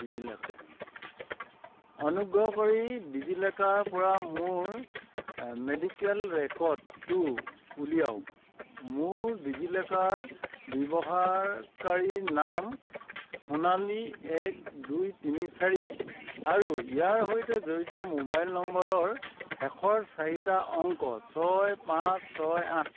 DigiLocker অনুগ্ৰহ কৰি ডিজিলকাৰৰপৰা মোৰ মেডিকেল ৰেকৰ্ডটো উলিয়াওক মোৰ ডিজিলকাৰ ব্যৱহাৰকাৰী নাম সোণালী এক দুই তিনি চাৰি আৰু ইয়াৰ সৈতে জড়িত মোবাইল নম্বৰৰ শেষৰ চাৰিটা অংক ছয় পাঁচ ছয় আঠ